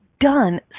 done